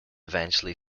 eventually